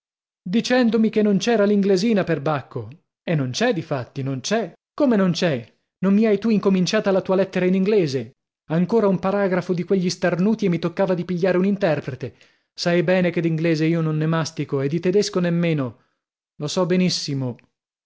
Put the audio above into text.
dicendomi che non c'era l'inglesina perbacco e non c'è difatti non c'è come non c'è non mi hai tu incominciata la tua lettera in inglese ancora un paragrafo di quegli starnuti e mi toccava di pigliare un interpetre sai bene che d'inglese io non ne mastico e di tedesco nemmeno lo so benissimo